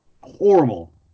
horrible